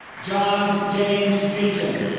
john james bechand